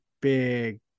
big